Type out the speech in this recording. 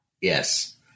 Yes